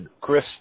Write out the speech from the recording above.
Chris